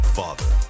father